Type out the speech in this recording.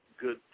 good